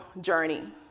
journey